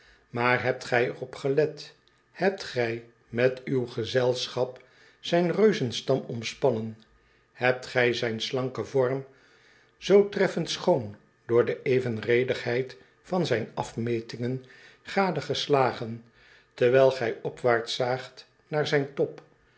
aar hebt gij er op gelet hebt gij met uw gezelschap zijn reuzenstam omspannen hebt gij zijn slanken vorm zoo treffend schoon door de evenredigheid van zijn afmetingen gadegeslagen terwijl gij opwaarts zaagt naar zijn top